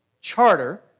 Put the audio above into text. charter